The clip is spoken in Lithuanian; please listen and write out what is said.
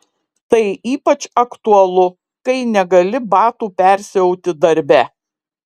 tai ypač aktualu kai negali batų persiauti darbe